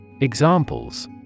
Examples